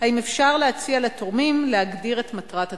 האם אפשר להציע לתורמים להגדיר את מטרת התרומה?